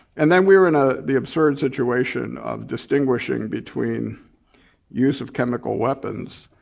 and then we were in ah the absurd situation of distinguishing between use of chemical weapons,